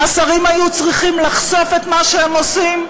השרים היו צריכים לחשוף את מה שהם עושים,